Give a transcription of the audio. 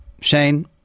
Shane